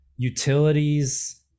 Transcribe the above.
utilities